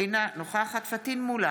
אינה נוכחת פטין מולא,